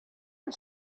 you